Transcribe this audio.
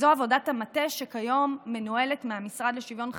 זו עבודת המטה שכיום מנוהלת מהמשרד לשוויון חברתי,